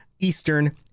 Eastern